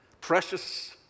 precious